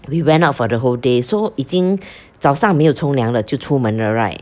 we went out for the whole day so 已经早上没有冲凉了就出门了 right